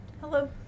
Hello